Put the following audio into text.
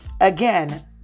Again